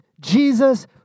Jesus